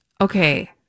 Okay